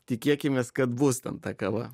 tikėkimės kad bus ten ta kava